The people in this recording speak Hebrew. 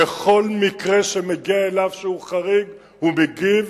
ובכל מקרה שמגיע אליו שהוא חריג, הוא מגיב.